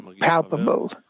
palpable